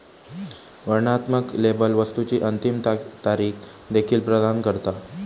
वर्णनात्मक लेबल वस्तुची अंतिम तारीख देखील प्रदान करता